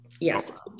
Yes